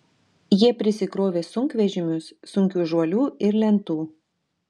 jie prisikrovė sunkvežimius sunkių žuolių ir lentų